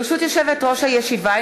ברשות יושבת-ראש הישיבה,